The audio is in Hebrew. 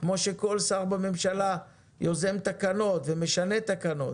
כמו שכל שר בממשלה יוזם תקנות ומשנה תקנות.